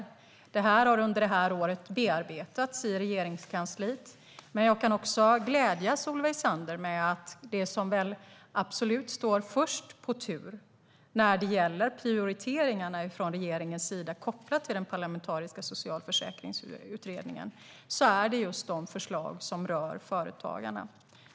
Utredningens förslag har under det här året bearbetats i Regeringskansliet. Och jag kan glädja Solveig Zander med att det som står absolut först på tur när det gäller regeringens prioriteringar kopplade till den parlamentariska socialförsäkringsutredningen är just de förslag som rör företagarna.